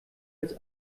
als